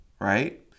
right